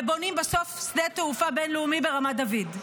ובונים שדה התעופה בין-לאומי ברמת דוד.